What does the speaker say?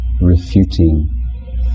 refuting